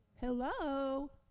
hello